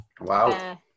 Wow